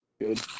good